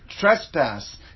trespass